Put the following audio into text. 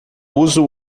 uso